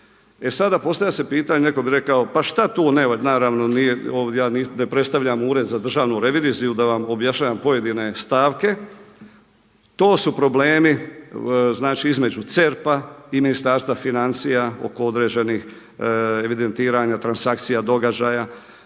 sada postavlja se pitanje, neko bi rekao pa šta tu ne valja? Naravno ja ne predstavljam ured za državnu reviziju da vam objašnjavam pojedine stavke, to su problemi između CERP-a i Ministarstva financija oko određenih evidentiranja, transakcija, događaja.